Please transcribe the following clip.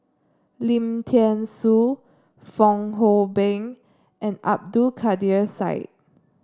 Lim Thean Soo Fong Hoe Beng and Abdul Kadir Syed